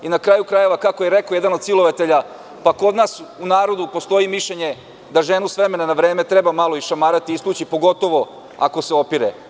Na kraju krajeva, kako je rekao jedan od silovatelja, kod nas u narodu postoji jedno mišljenje da ženu s vremena na vreme treba malo išamarati i istući, pogotovo ako se opire.